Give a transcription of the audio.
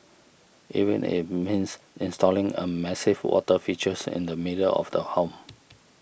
even if means installing a massive water features in the middle of the home